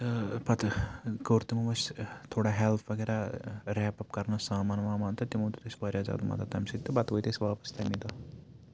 پَتہٕ کوٚر تِمو اَسہِ تھوڑا ہیٚلٕپ وغیرہ ریپ اَپ کَرنَس سامان وامان تہٕ تِمو دیُت اَسہِ واریاہ زیادٕ مَدد تَمہِ سۭتۍ تہٕ پَتہٕ وٲتۍ أسۍ واپَس تَمے دۄہ